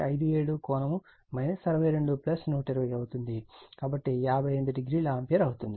57 కోణం 62 120 అవుతుంది కాబట్టి ఇది 58o ఆంపియర్ అవుతుంది